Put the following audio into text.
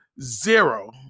zero